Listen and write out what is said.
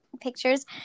pictures